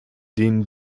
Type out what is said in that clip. denen